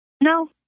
No